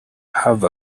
have